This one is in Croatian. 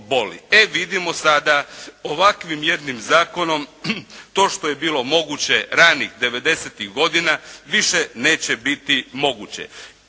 E vidimo sada, ovakvim jednim zakonom to što je bilo moguće ranih devedesetih godina više neće biti moguće.